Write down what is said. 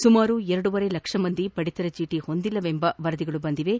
ಸುಮಾರು ಎರಡೂವರೆ ಲಕ್ಷ ಮಂದಿ ಪಡಿತರ ಚೀಟಿ ಹೊಂದಿಲ್ಲವೆಂಬ ವರದಿಗಳು ಬಂದಿವೆ